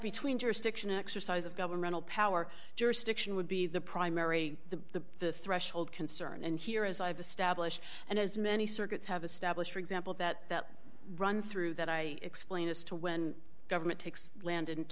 between jurisdiction exercise of governmental power jurisdiction would be the primary the threshold concern and here as i've established and as many circuits have established for example that run through that i explain as to when government takes land